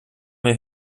mir